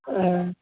ꯑ